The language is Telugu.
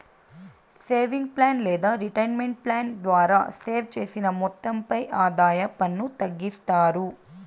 సేవింగ్స్ ప్లాన్ లేదా రిటైర్మెంట్ ప్లాన్ ద్వారా సేవ్ చేసిన మొత్తంపై ఆదాయ పన్ను తగ్గిస్తారు